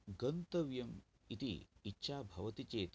गन्तव्यम् इति इच्छा भवति चेत्